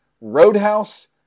Roadhouse